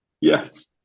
Yes